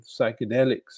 psychedelics